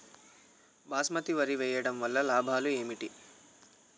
బాస్మతి వరి వేయటం వల్ల లాభాలు ఏమిటి?